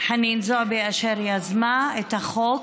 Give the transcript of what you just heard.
חנין זועבי אשר יזמה את החוק.